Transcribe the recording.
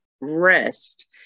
rest